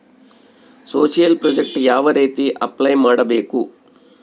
Social project ಯಾವ ರೇತಿ apply ಮಾಡಬೇಕು?